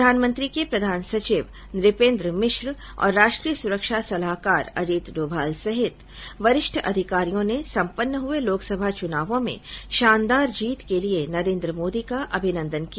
प्रधानमंत्री के प्रधान सचिव नुपेंद्र मिश्र और राष्ट्रीय सुरक्षा सलाहकार अजीत डोभाल सहित वरिष्ठ अधिकारियों ने संपन्न हुए लोकसभा चुनावों में शानदार जीत के लिए नरेंद्र मोदी का अभिनंदन किया